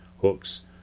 hooks